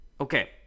Okay